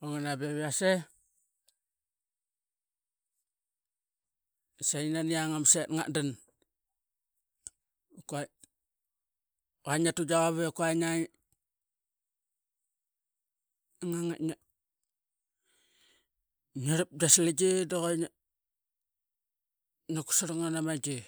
nguamana beviase sainani lang ama set ngat dan i kua qua ngia tu giavap ekua ngiang ngi ngang i ngi rlap gia slingini da ngi kusarl ngn amagi.